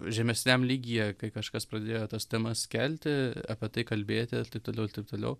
žemesniam lygyje kai kažkas pradėjo tas temas kelti apie tai kalbėti taip toliau ir taip toliau